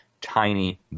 tiny